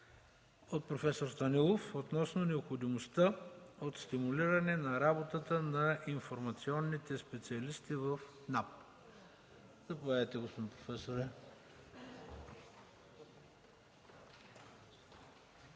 от проф. Станилов – относно необходимостта от стимулиране на работата на информационните специалисти в НАП. Заповядайте, господин професоре.